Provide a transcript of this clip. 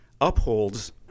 upholds